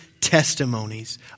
testimonies